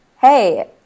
hey